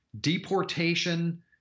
deportation